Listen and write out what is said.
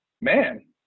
man